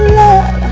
love